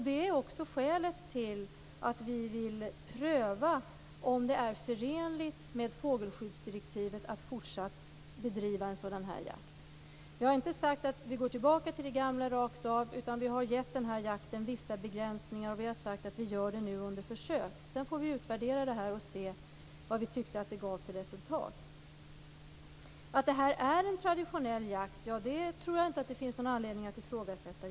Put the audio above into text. Det är också skälet till att vi vill pröva om det är förenligt med fågelskyddsdirektivet att fortsatt bedriva en sådan här jakt. Jag har inte sagt att vi skall gå tillbaka till det gamla rakt av, utan vi har gett jakten vissa begränsningar. Den genomförs nu under försök. Sedan får vi utvärdera resultatet. Att detta är en traditionell jakt tror jag inte att det finns någon anledning att ifrågasätta.